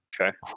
okay